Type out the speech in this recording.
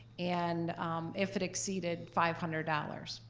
and if it exceeded five hundred dollars.